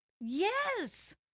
Yes